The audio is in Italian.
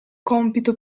compito